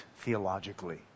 theologically